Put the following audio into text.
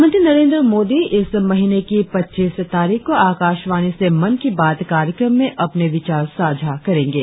प्रधानमंत्री नरेंद्र मोदी इस महीने की पच्चीस तारीख को आकाशवाणी से मन की बात कार्यक्रम में अपने विचार साझा करेंगे